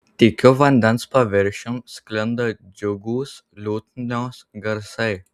tykiu vandens paviršium sklinda džiugūs liutnios garsai